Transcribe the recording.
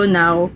now